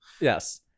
yes